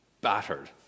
battered